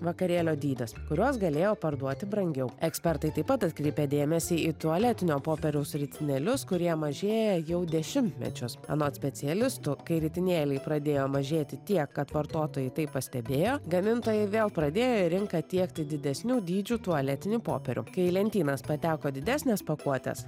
vakarėlio dydis kurios galėjo parduoti brangiau ekspertai taip pat atkreipia dėmesį į tualetinio popieriaus ritinėlius kurie mažėja jau dešimtmečius anot specialistų kai ritinėliai pradėjo mažėti tiek kad vartotojai tai pastebėjo gamintojai vėl pradėjo į rinką tiekti didesnių dydžių tualetinį popierių kai į lentynas pateko didesnės pakuotės